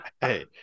Hey